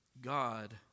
God